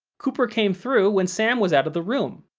cooper came through when sam was out of the room.